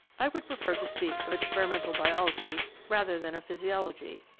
i would prefer to speak of ex perimental biology rather than of physiology,